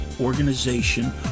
organization